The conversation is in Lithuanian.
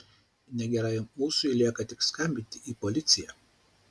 negerajam ūsui lieka tik skambinti į policiją